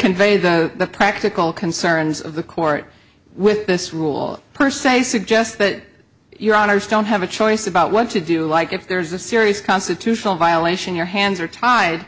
convey the practical concerns of the court with this rule per se suggest that your honour's don't have a choice about what to do like if there's a serious constitutional violation your hands are tied